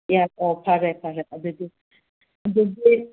ꯌꯥꯏ ꯑꯣ ꯐꯔꯦ ꯐꯔꯦ ꯑꯗꯨꯗꯤ ꯑꯗꯨꯗꯤ